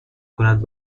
کند